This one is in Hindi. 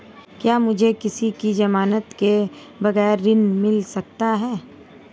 क्या मुझे किसी की ज़मानत के बगैर ऋण मिल सकता है?